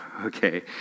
Okay